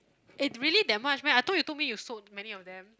eh really that much meh I thought you told me you sold many of them